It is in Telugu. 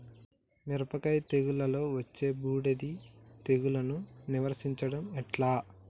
మిరపకాయ తెగుళ్లలో వచ్చే బూడిది తెగుళ్లను నివారించడం ఎట్లా?